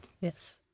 Yes